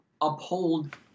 uphold